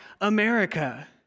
America